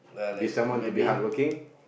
be someone to be hardworking